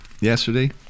yesterday